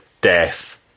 death